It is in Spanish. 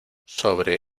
sobre